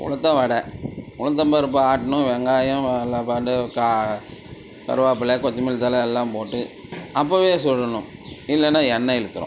உளுத்த வடை உளுந்தம் பருப்பு ஆட்டனும் வெங்காயம் எல்லாம் கா கருவேப்பிலை கொத்தமல்லி தழை எல்லாம் போட்டு அப்போவே சுடனும் இல்லைன்னா எண்ணெய் இழுத்துரும்